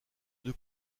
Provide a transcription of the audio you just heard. deux